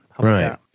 Right